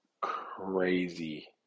crazy